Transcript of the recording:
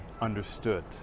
understood